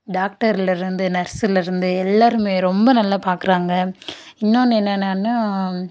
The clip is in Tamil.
டாக்டரில் இருந்து நர்ஸுலருந்து எல்லாருமே ரொம்ப நல்லா பார்க்குறாங்க இன்னொன்று என்னன்னான்னா